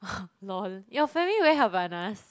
lol your family wear Havainas